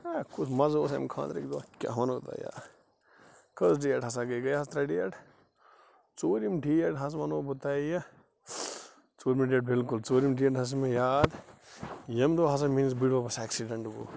ہے کُس مزٕ اوس امہِ خانٛدرٕکہٕ دۄہ کیٛاہ ونٕہو تۅہہِ یارٕ کٔژ ڈیٹ ہسا گٔیہِ گٔیہِ حظ ترٚےٚ ڈیٹ ژوٗرِم ڈیٹ حظ ونٕہو بہٕ تۅہہِ ژوٗرِم ڈیٹ بلکُل ژورم ڈیٹ ہسا چھُ مےٚ یاد ییٚمہِ دۄہ ہسا میٛٲنِس بُڈۍ ببَس ایٚکسی ڈنٛٹ گوٚو